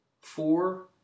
Four